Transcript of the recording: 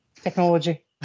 technology